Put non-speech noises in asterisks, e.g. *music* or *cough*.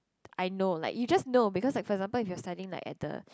*noise* I know like you just know because like for example if you're studying like at the